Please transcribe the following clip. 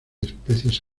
especies